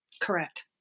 Correct